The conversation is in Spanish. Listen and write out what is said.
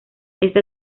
esta